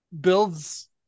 builds